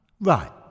Right